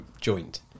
joint